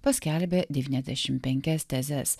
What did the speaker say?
paskelbė devyniasdešim penkias tezes